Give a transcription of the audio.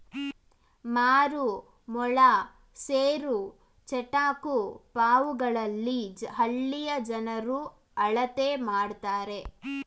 ಮಾರು, ಮೊಳ, ಸೇರು, ಚಟಾಕು ಪಾವುಗಳಲ್ಲಿ ಹಳ್ಳಿಯ ಜನರು ಅಳತೆ ಮಾಡ್ತರೆ